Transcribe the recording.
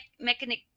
mechanic